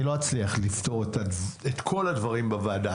אני לא אצליח לפתור את כל הדברים בוועדה.